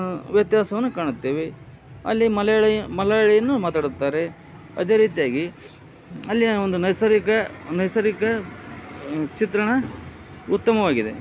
ವ್ಯತ್ಯಾಸವನ್ನು ಕಾಣುತ್ತೇವೆ ಅಲ್ಲಿ ಮಲೆಯಾಳಿ ಮಲೆಯಾಳಿಯನ್ನು ಮಾತಾಡುತ್ತಾರೆ ಅದೇ ರೀತಿಯಾಗಿ ಅಲ್ಲಿಯ ಒಂದು ನೈಸರ್ಗಿಕ ನೈಸರ್ಗಿಕ ಚಿತ್ರಣ ಉತ್ತಮವಾಗಿದೆ